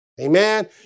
Amen